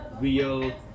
real